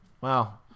Wow